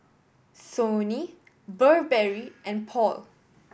Sony Burberry and Paul